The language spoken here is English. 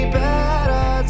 better